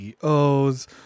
CEOs